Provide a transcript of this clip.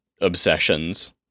obsessions